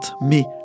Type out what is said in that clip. mais